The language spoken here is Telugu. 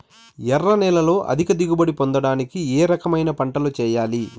ఎర్ర నేలలో అధిక దిగుబడి పొందడానికి ఏ రకమైన పంటలు చేయాలి?